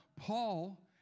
Paul